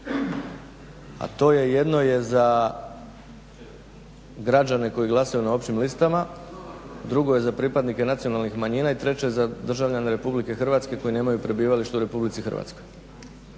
A to je jedno je za građane koji glasaju na općim listama, drugo je za pripadnike nacionalnih manjina i treće za državljane RH koji nemaju prebivalište u RH. Prema tome